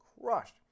crushed